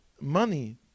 money